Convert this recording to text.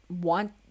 want